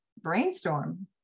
brainstorm